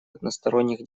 односторонних